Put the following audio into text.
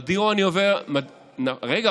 רגע,